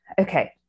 okay